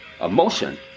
emotion